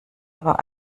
aber